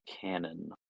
canon